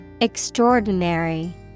Extraordinary